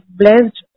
blessed